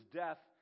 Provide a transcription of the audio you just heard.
death